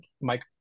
mike